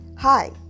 Hi